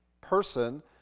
person